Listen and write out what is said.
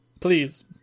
Please